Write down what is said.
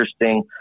interesting